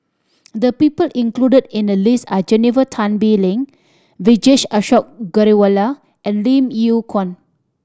the people included in the list are Jennifer Tan Bee Leng Vijesh Ashok Ghariwala and Lim Yew Kuan